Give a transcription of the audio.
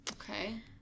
Okay